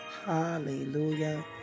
Hallelujah